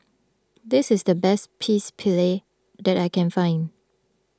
this is the best Pecel Lele that I can find